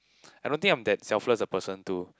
I don't think I'm that selfless a person to